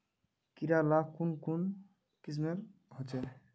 कीड़ा ला कुन कुन किस्मेर होचए?